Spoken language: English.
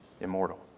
immortal